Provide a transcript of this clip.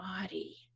body